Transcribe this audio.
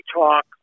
talk